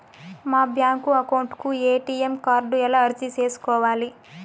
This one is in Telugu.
మా బ్యాంకు అకౌంట్ కు ఎ.టి.ఎం కార్డు ఎలా అర్జీ సేసుకోవాలి?